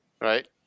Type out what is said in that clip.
Right